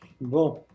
Bon